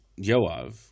Yoav